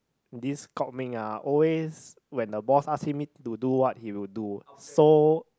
this Kok-Ming ah always when the boss ask him to do what he will do so